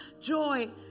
joy